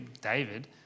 David